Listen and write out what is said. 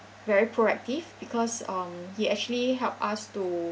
very proactive because um he actually helped us to